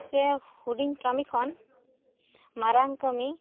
ᱥᱮ ᱦᱩᱰᱤᱧ ᱠᱟᱹᱢᱤ ᱠᱷᱚᱱ ᱢᱟᱨᱟᱝ ᱠᱟᱹᱢᱤ